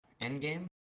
Endgame